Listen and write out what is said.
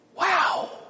wow